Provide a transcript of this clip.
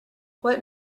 what